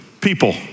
people